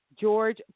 George